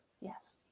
Yes